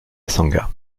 sangha